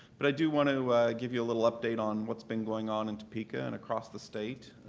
but i do want to give you a little update on what's been going on in topeka and across the state,